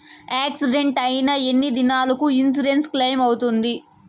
Accident అయిన ఎన్ని దినాలకు ఇన్సూరెన్సు క్లెయిమ్ అవుతుంది?